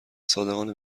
صادقانه